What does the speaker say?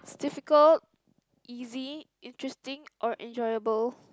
difficult easy interesting or enjoyable